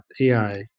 AI